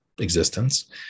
existence